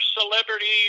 celebrities